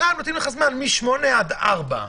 עכשיו נותנים לך זמן מ-08:00 עד 16:00,